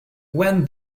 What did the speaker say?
when